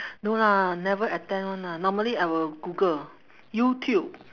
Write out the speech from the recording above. no lah never attend [one] lah normally I will google youtube